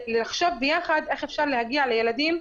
ולחשוב ביחד איך אפשר להגיע לילדים,